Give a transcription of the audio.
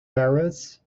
parrots